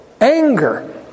anger